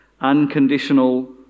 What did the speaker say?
unconditional